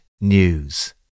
news